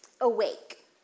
Awake